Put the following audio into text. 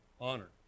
honor